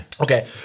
Okay